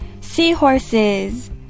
seahorses